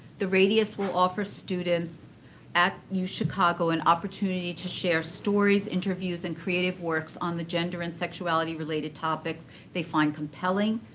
the radius will offer students at yeah uchicago an and opportunity to share stories, interviews, and creative works on the gender and sexuality-related topics they find compelling.